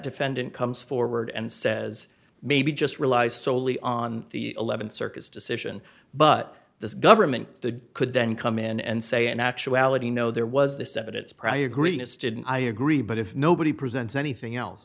defendant comes forward and says maybe just rely solely on the th circuit decision but the government the could then come in and say in actuality no there was this evidence prior greenness didn't i agree but if nobody presents anything else